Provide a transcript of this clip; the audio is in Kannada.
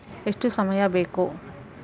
ಎಷ್ಟು ಸಮಯ ಬೇಕು?